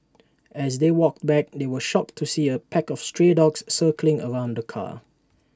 as they walked back they were shocked to see A pack of stray dogs circling around the car